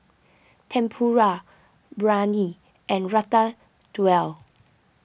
Tempura Biryani and Ratatouille